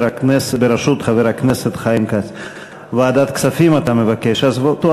חברי הכנסת, עשרה בעד, אין מתנגדים, אין נמנעים.